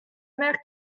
mère